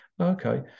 Okay